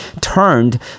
turned